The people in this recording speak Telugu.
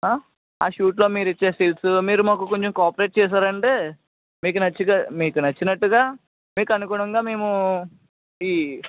ఆ షూట్లో మీరిచ్చే స్టిల్స్ మీరు మాకు కొంచెం కాపెరేట్ చేసారంటే మీకు నచ్చిన మీకు నచ్చినట్టుగా మీకు అనుగుణంగా మేము ఈ